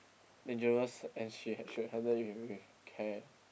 dangerous and she she should handle it with with care